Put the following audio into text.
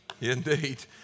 Indeed